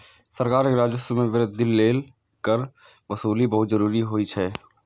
सरकार के राजस्व मे वृद्धि लेल कर वसूली बहुत जरूरी होइ छै